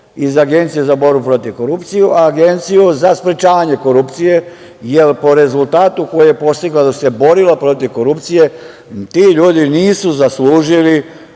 iz Agencije za borbu protiv korupcije u Agenciju za sprečavanje korupcije, jer po rezultatu koji je postigla, da se borila protiv korupcije, ti ljudi nisu zaslužili